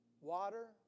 water